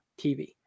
TV